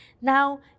Now